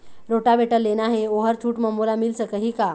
Rotavator लेना हे ओहर छूट म मोला मिल सकही का?